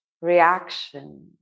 reaction